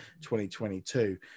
2022